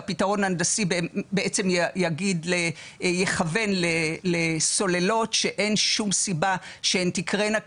והפתרון ההנדסי בעצם יכוון לסוללות שאין שום סיבה שהן תקרנה,